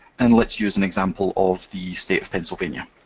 and let's use an example of the state of pennsylvania.